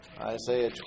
Isaiah